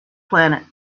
planet